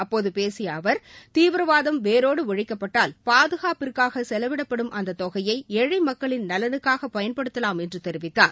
அப்போது பேசிய அவர் தீவிரவாதம் வேரோடு ஒழிக்கப்பட்டால் பாதுகாப்பிற்காக செலவிடப்படும் அந்த தொகை ஏழை மக்களின் நலனுக்காக பயன்படுத்தலாம் என்று தெரிவித்தார்